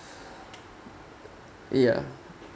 he uh